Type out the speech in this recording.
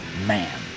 man